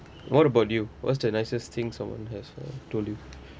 what about you what's the nicest thing someone has uh told you